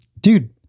dude